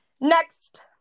Next